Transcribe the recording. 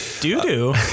Doo-doo